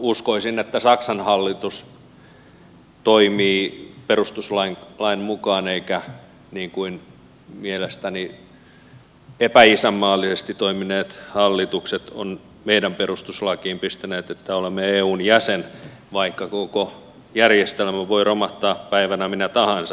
uskoisin että saksan hallitus toimii perustuslain mukaan eikä niin kuin mielestäni epäisänmaallisesti toimineet hallitukset ovat meidän perustuslakiimme pistäneet että olemme eun jäsen vaikka koko järjestelmä voi romahtaa päivänä minä tahansa